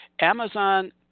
Amazon